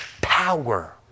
power